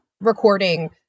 recording